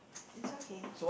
it's okay